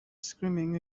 screaming